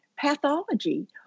pathology